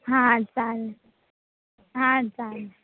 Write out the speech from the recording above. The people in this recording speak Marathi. हां हां चालेल हां चालेल